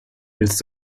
willst